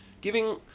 giving